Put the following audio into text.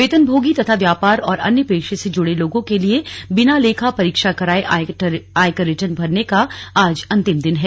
वेतन भोगी तथा व्यापार और अन्य पेशे से जुड़े लोगों के लिए बिना लेखा परीक्षा कराए आयकर रिटर्न भरने का आज अंतिम दिन है